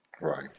Right